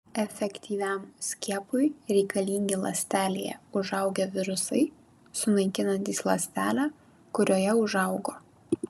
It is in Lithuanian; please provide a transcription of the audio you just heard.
efektyviam skiepui reikalingi ląstelėje užaugę virusai sunaikinantys ląstelę kurioje užaugo